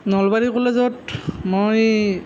নলবাৰী কলেজত মই